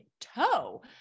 toe